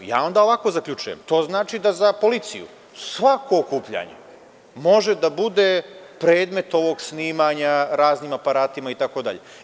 Ja onda ovako zaključujem – to znači da za policiju svako okupljanje može da bude predmet ovog snimanja raznim aparatima, itd.